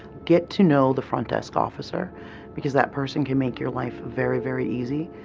get to know the front desk officer because that person can make your life very, very easy,